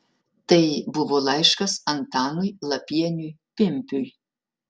tai buvo laiškas antanui lapieniui pimpiui